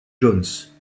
jones